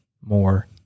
more